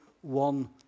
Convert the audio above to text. one